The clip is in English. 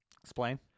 Explain